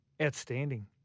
Outstanding